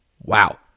wow